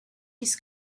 his